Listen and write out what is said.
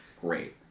Great